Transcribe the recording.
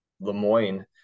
Lemoyne